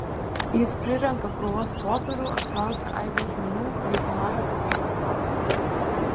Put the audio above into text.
jis prirenka krūvas popierių apklausia aibes žmonių reikalauja daugybės raportų